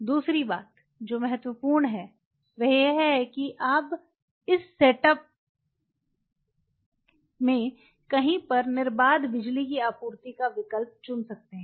दूसरी बात जो बहुत महत्वपूर्ण है वह यह है कि आप इस सेटअप में कहीं पर निर्बाध बिजली की आपूर्ति का विकल्प चुन सकते हैं